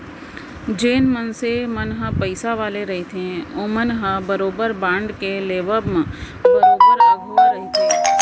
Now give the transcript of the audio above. जेन मनसे मन ह पइसा वाले रहिथे ओमन ह बरोबर बांड के लेवब म बरोबर अघुवा रहिथे